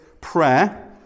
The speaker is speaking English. prayer